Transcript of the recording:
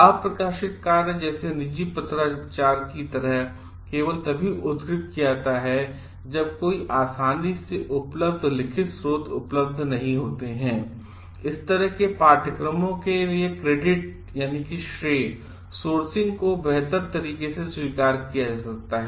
अप्रकाशित कार्य जैसे निजी पत्राचार की तरह केवल तभी उद्धृत किया जाता है जब कोई आसानी से उपलब्ध लिखित स्रोत उपलब्ध नहीं होते हैं इस तरह के पाठ्यक्रमों के लिए क्रेडिट सोर्सिंग को बेहतर तरीके से स्वीकार किया जा सकता है